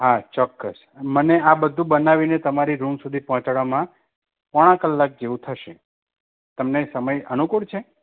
હા ચોક્કસ મને આ બધું બનાવીને તમારી રૂમ સુધી પહોંચાડવામાં પોણા કલાક જેવું થશે તમને સમય અનુકૂળ છે